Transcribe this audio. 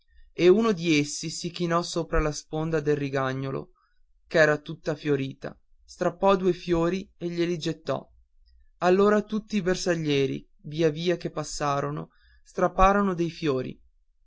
e uno di essi si chinò sopra la sponda del rigagnolo ch'era tutta fiorita strappò due fiori e glieli gettò allora tutti i bersaglieri via via che passavano strapparono dei fiori